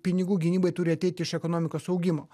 pinigų gynybai turi ateit iš ekonomikos augimo